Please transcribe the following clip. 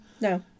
No